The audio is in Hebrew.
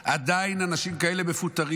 עדיין אנשים כאלה מפוטרים,